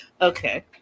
Okay